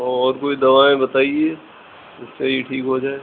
اور کوئی دوائیں بتائیے اس سے ہی ٹھیک ہو جائے